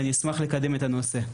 ואני אשמח לקדם את הנושא.